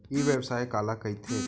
ई व्यवसाय काला कहिथे?